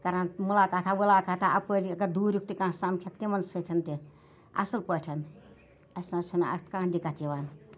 کَران مُلاقاتا وُلاقاتا اَپٲرۍ اگر دوٗریُک تہِ کانٛہہ آسان سَمکھٮ۪کھ تِمَن سۭتۍ تہِ اَصٕل پٲٹھۍ اَسہِ نہ حظ چھَنہٕ اَتھ کانٛہہ دِکَت یِوان